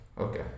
Okay